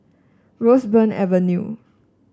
Roseburn Avenue